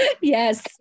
yes